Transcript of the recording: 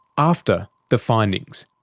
after the findings.